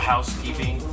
housekeeping